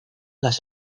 las